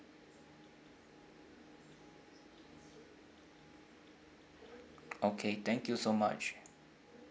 okay thank you so much